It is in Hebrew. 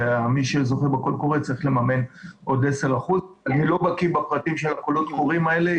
ומי שזוכה בקול קורא צריך לממן עוד 10%. אני לא בקי בפרטים של הקולות קוראים האלה,